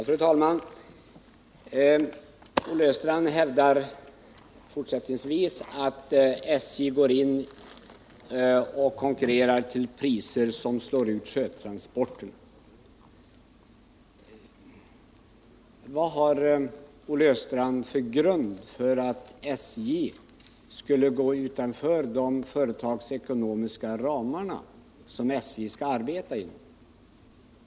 Fru talman! Olle Östrand fortsätter att hävda att SJ går in och konkurrerar till priser som slår ut sjötransporterna. Vad har Olle Östrand för grund för att hävda att SJ skulle gå utanför de företagsekonomiska ramar som SJ skall arbeta inom?